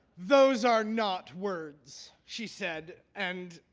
those are not words, she said and,